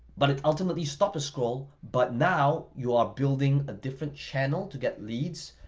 but it ultimately, stopped the scroll but now you are building a different channel to get leads,